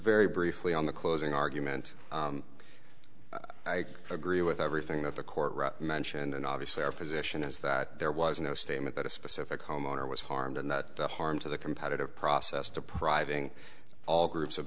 very briefly on the closing argument i agree with everything that the court mention and obviously our position is that there was no statement that a specific homeowner was harmed and that the harm to the competitive process depriving all groups of